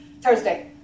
Thursday